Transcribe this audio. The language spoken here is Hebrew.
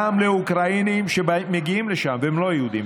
גם לאוקראינים שמגיעים לשם והם לא יהודים,